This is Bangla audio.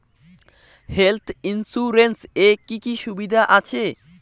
হেলথ ইন্সুরেন্স এ কি কি সুবিধা আছে?